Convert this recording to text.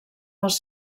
dels